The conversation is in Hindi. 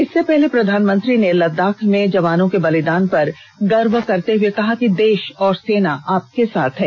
इससे पहले प्रधानमंत्री ने लद्दाख में जवानों के बलिदान पर गर्व करते हुए कहा कि देष और सेना आपके साथ है